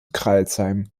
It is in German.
crailsheim